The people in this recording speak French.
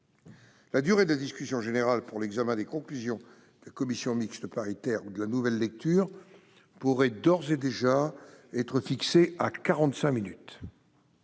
La durée de la discussion générale pour l'examen des conclusions de la commission mixte paritaire ou la nouvelle lecture pourrait être fixée à quarante-cinq minutes.